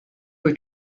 were